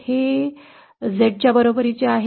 हे Z च्या बरोबरीची आहे